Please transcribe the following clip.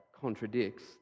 contradicts